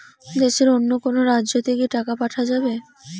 দেশের অন্য কোনো রাজ্য তে কি টাকা পাঠা যাবে?